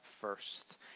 first